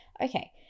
Okay